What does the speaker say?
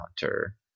Hunter